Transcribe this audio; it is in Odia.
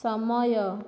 ସମୟ